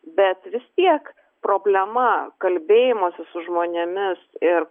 bet vis tiek problema kalbėjimosi su žmonėmis ir